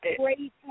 great